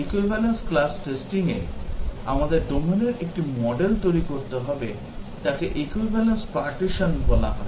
Equivalence class testing এ আমাদের ডোমেনের একটি মডেল তৈরি করতে হবে তাকে equivalence partition বলা হয়